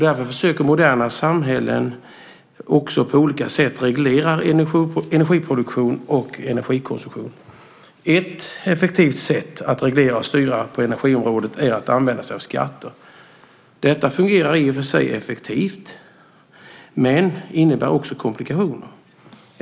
Därför försöker moderna samhällen också på olika sätt att reglera energiproduktion och energikonsumtion. Ett effektivt sätt att reglera och styra på energiområdet är att använda sig av skatter. Detta fungerar i och för sig effektivt, men det innebär också komplikationer.